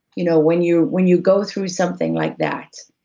you know when you when you go through something like that,